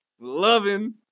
loving